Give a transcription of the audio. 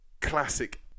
classic